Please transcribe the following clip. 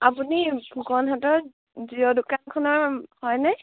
আপুনি ফুকনহঁতৰ জিঅ' দোকানখনৰ হয়নে